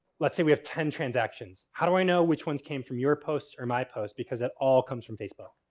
let's say, we have ten transactions. how do i know which ones came from your post or my post because it all comes from facebook?